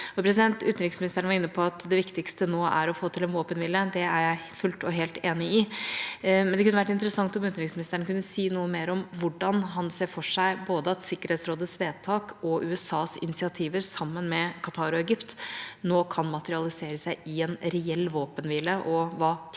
folkeretten. Utenriksministeren var inne på at det viktigste nå er å få til en våpenhvile. Det er jeg fullt og helt enig i, men det kunne vært interessant om utenriksministeren kunne si noe mer om hvordan han ser for seg at både Sikkerhetsrådets vedtak og USAs initiativ sammen med Qatar og Egypt nå kan materialisere seg i en reell våpenhvile, og hva tidshorisonten